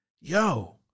yo